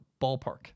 Ballpark